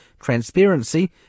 transparency